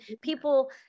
people